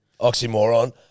Oxymoron